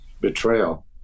betrayal